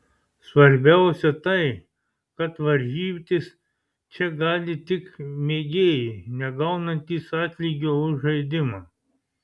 svarbiausia tai kad varžytis čia gali tik mėgėjai negaunantys atlygio už žaidimą